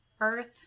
Earth